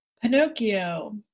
Pinocchio